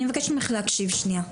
אלין, אני מבקשת ממך להקשיב שנייה.